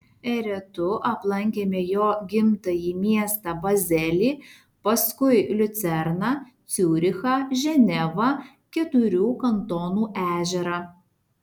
eretu aplankėme jo gimtąjį miestą bazelį paskui liucerną ciurichą ženevą keturių kantonų ežerą